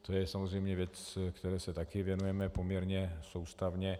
To je samozřejmě věc, které se také věnujeme poměrně soustavně.